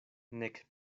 nek